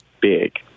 big